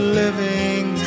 living